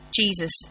Jesus